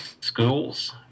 schools